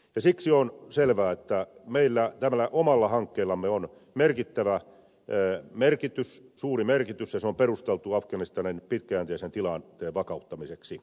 siksi on selvää että meille tällä omalla hankkeellamme on merkittävä merkitys suuri merkitys ja se on perusteltu afganistanin pitkäjänteisen tilanteen vakauttamiseksi